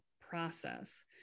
process